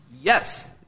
Yes